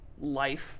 life